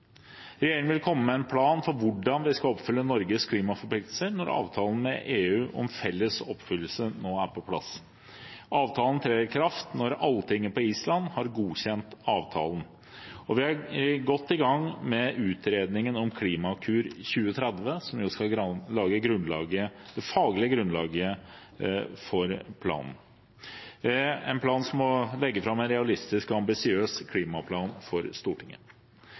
hvordan vi skal oppfylle Norges klimaforpliktelser når avtalen med EU om felles oppfyllelse nå er på plass. Avtalen trer i kraft når Alltinget på Island har godkjent avtalen, og vi er godt i gang med utredningen om Klimakur 2030, som skal lage det faglige grunnlaget for planen, en plan der det må legges fram en realistisk og ambisiøs klimaplan for Stortinget.